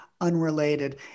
unrelated